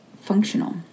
functional